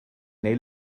neu